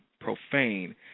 profane